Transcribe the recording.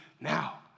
now